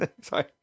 Sorry